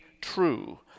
true